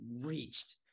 reached